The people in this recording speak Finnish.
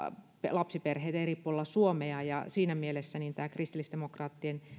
lapsiperheitä eri puolella suomea ja siinä mielessä tämä kristillisdemokraattien